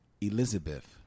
Elizabeth